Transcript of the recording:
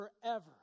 forever